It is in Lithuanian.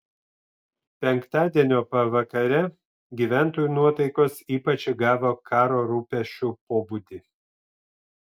penktadienio pavakare gyventojų nuotaikos ypač įgavo karo rūpesčių pobūdį